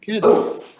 Good